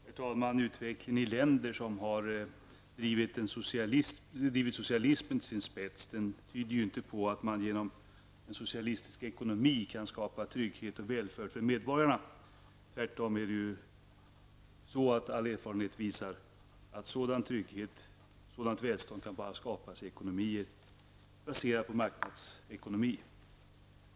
Herr talman! Utvecklingen i länder som har drivit socialismen till sin spets tyder inte på att man genom en socialistisk ekonomi kan skapa trygghet och välfärd för medborgarna. All erfarenhet visar tvärtom att sådan trygghet och sådant välstånd bara kan skapas i samhällen baserade på marknadsekonomi.